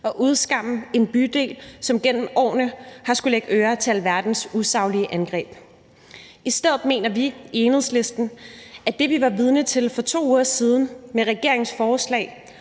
og udskamme en bydel, som gennem årene har skullet lægge ører til alverdens usaglige angreb. I stedet mener vi i Enhedslisten, at det, vi var vidne til for 2 uger siden med regeringens forslag